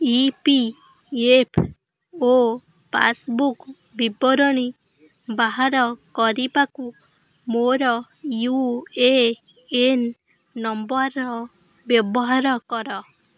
ଇ P F O passbook ବିବରଣୀ ବାହାର କରିବାକୁ ମୋର ୟୁ ଏ ଏନ୍ ନମ୍ବର୍ ବ୍ୟବହାର କର